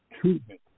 treatment